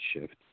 shift